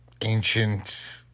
ancient